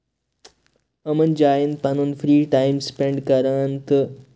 یِمَن جاین پَنُن فری ٹایم سُپیٚنڈ کران تہٕ